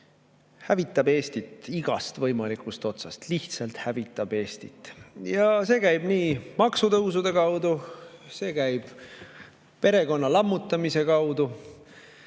hävitab Eestit igast võimalikust otsast. Lihtsalt hävitab Eestit. See käib maksutõusude kaudu, see käib perekonna lammutamise kaudu,